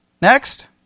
Next